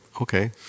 okay